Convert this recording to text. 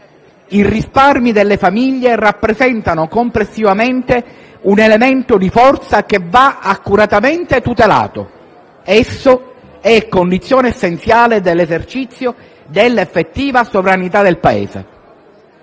i risparmi delle famiglie rappresentano complessivamente un elemento di forza che va accuratamente tutelato. Esso è condizione essenziale dell'esercizio dell'effettiva sovranità del Paese.